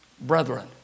brethren